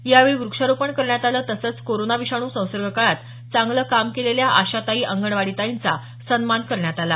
यावेळी वृक्षारोपण करण्यात आलं तसंच कोरोना विषाणू संसर्ग काळात चांगलं काम केलेल्या आशाताई अंगणवाडीताईंचा सन्मान करण्यात आला